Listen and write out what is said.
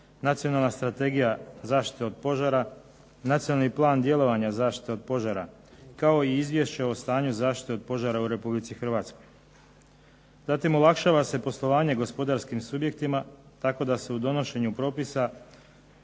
Nacionalna strategija zaštite od požara, Nacionalni plan djelovanja zaštite od požara, kao i Izvješće o stanju zaštite od požara u Republici Hrvatskoj. Zatim, olakšava se poslovanje gospodarskim subjektima tako da se u donošenju propisa